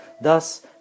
Thus